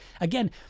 Again